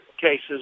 cases